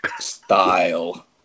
style